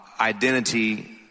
identity